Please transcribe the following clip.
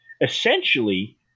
essentially